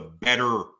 better